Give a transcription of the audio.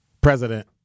president